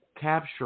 capture